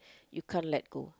you can't let go